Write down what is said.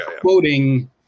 quoting